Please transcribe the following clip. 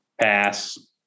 Pass